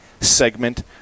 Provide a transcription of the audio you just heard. segment